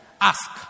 ask